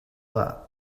that